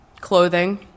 clothing